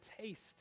taste